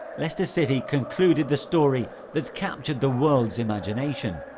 leicester city concluded the story that has captured the world's imagination.